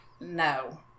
no